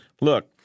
Look